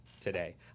today